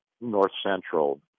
north-central